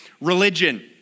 religion